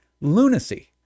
lunacy